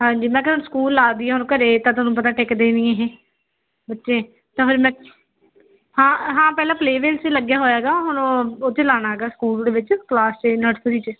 ਹਾਂਜੀ ਮੈਂ ਕਿਹਾ ਹੁਣ ਸਕੂਲ ਲਾ ਦਈਏ ਹੁਣ ਘਰੇ ਤਾਂ ਤੁਹਾਨੂੰ ਪਤਾ ਟਿਕਦੇ ਨਹੀਂ ਇਹ ਬੱਚੇ ਤਾਂ ਫਿਰ ਮੈਂ ਹਾਂ ਹਾਂ ਪਹਿਲਾਂ ਪਲੇਅਵੇ 'ਚ ਲੱਗਿਆ ਹੋਇਆ ਗਾ ਹੁਣ ਉਹ ਉੱਥੇ ਲਾਣਾ ਗਾ ਸਕੂਲ ਦੇ ਵਿੱਚ ਕਲਾਸ ਏ ਨਰਸਰੀ 'ਚ